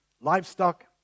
livestock